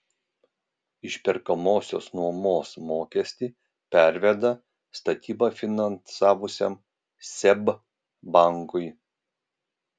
išperkamosios nuomos mokestį perveda statybą finansavusiam seb bankui